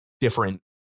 different